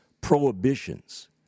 prohibitions